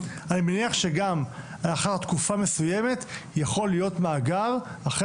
אני מניח שגם לאחר תקופה מסוימת יכול להיות מאגר אחרי